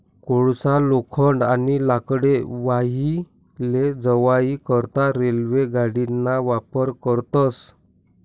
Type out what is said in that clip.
कोयसा, लोखंड, आणि लाकडे वाही लै जावाई करता रेल्वे गाडीना वापर करतस